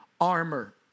armor